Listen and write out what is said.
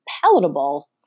Palatable